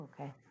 Okay